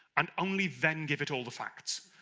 and only then give it all the facts.